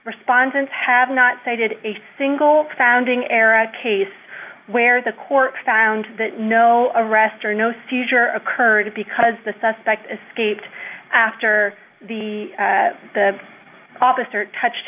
respondents have not cited a single founding error a case where the court found that no arrest or no seizure occurred because the suspect escaped after the the officer touched